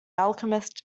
alchemist